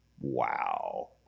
Wow